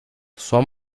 sua